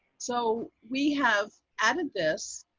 so we have added this,